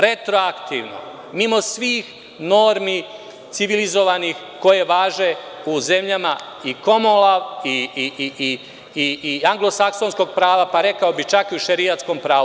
Retroaktivno, mimo svih civilizovanih normi koje važe u zemljama i Kornvola i anglosaksonskog prava, pa rekao bih čak i u šerijatskom pravu.